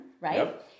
right